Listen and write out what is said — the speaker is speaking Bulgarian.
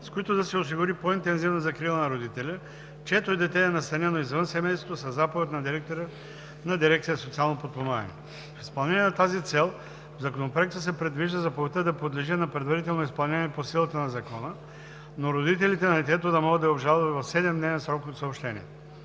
с които да се осигури по-интензивна закрила на родителя, чието дете е настанено извън семейството със заповед на директора на дирекция „Социално подпомагане“. В изпълнение на тази цел в Законопроекта се предвижда заповедта да подлежи на предварително изпълнение по силата на закона, но родителите на детето да могат да я обжалват в 7-дневен срок от съобщаването.